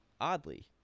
oddly